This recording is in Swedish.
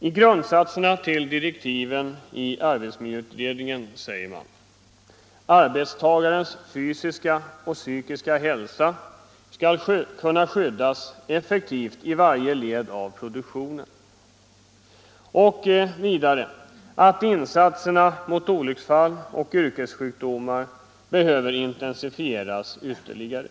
I direktiven till arbetsmiljöutredningen heter det: ”En grundtanke måste vara att arbetstagarnas fysiska och psykiska hälsa skall kunna skyddas effektivt i varje led av produktionen.” Vidare heter det ”att insatserna mot olycksfallen och yrkessjukdomarna behöver intensifieras ytterligare”.